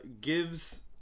gives